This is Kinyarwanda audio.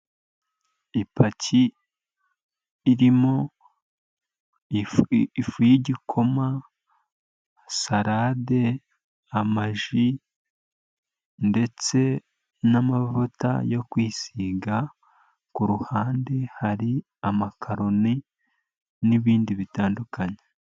Ipaki irimo ifu y'igikoma, salade, amaji ndetse n'amavuta yo kwisiga, ku ruhande hari amakaroni n'ibindi bitandukanye.